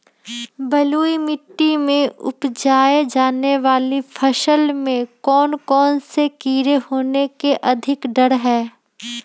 बलुई मिट्टी में उपजाय जाने वाली फसल में कौन कौन से कीड़े होने के अधिक डर हैं?